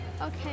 Okay